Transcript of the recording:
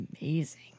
amazing